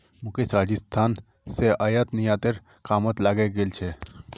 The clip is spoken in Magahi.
मुकेश राजस्थान स आयात निर्यातेर कामत लगे गेल छ